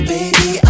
Baby